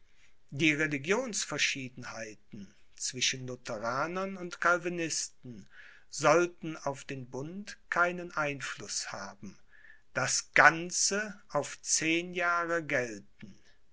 die religionsverschiedenheit zwischen lutheranern und calvinisten sollte auf den bund keinen einfluß haben das ganze auf zehn jahre gelten